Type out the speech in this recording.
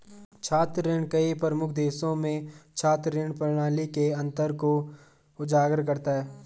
छात्र ऋण कई प्रमुख देशों में छात्र ऋण प्रणाली के अंतर को उजागर करता है